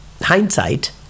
hindsight